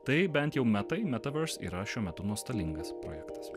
tai bent jau metai metaverse yra šiuo metu nuostolingas projektas